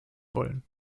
wollen